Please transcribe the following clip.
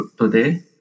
today